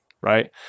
right